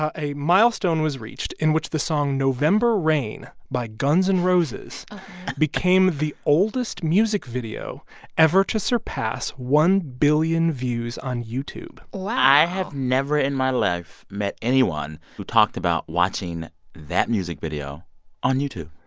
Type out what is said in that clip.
ah a milestone was reached, in which the song november rain by guns n' and roses became the oldest music video ever to surpass one billion views on youtube wow i have never in my life met anyone who talked about watching that music video on youtube.